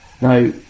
Now